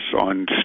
on